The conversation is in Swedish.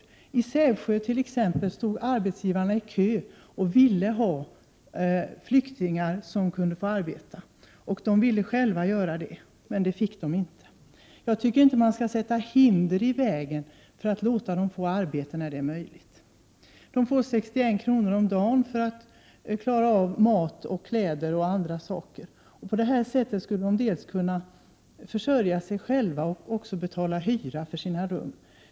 T. ex. i Sävsjö stod arbetsgivarna i kö och ville ge flyktingar arbete, och flyktingarna ville också själva arbeta, men det fick de inte. Jag tycker inte att man skall hindra flyktingarna att få arbeten, där det är möjligt. Flyktingarna får 61 kr. om dagen till mat, kläder, m.m. Fick de arbeta skulle de dels kunna försörja sig själva, dels kunna betala hyra för sina rum.